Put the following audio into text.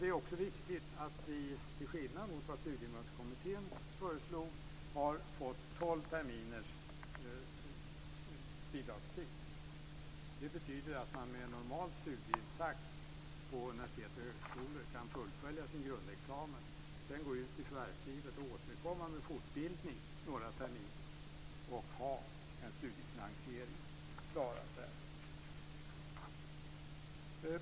Det är också viktigt att vi, till skillnad mot vad Studiemedelskommittén föreslog, har fått tolv terminers bidragstid. Det betyder att man med en normal studietakt på universitet och högskolor kan fullfölja sin grundexamen och sedan gå ut i förvärvslivet för att återkomma med fortbildning några terminer och ha en hygglig finansiering av detta.